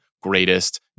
greatest